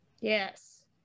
Yes